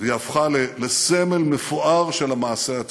והיא הפכה לסמל מפואר של המעשה הציוני,